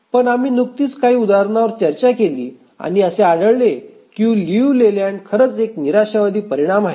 पण आम्ही नुकतीच काही उदाहरणांवर चर्चा केली आणि असे आढळले की लियू लेलँड खरंच एक निराशावादी परिणाम आहे